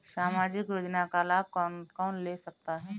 सामाजिक योजना का लाभ कौन कौन ले सकता है?